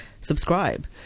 subscribe